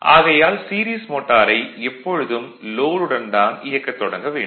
ஆகையால் சீரிஸ் மோட்டாரை எப்பொழுதும் லோட் உடன் தான் இயக்கத் தொடங்க வேண்டும்